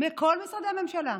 בכל משרדי הממשלה,